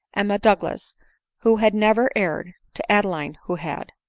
emma douglas who had never erred, to adeline who had.